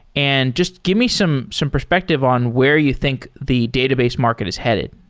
and just give me some some perspective on where you think the database market is headed.